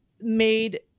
made